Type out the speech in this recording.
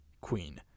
Queen